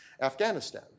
Afghanistan